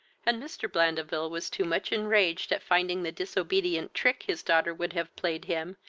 and mr. blandeville was too much enraged at finding the disobedient trick his daughter would have played him,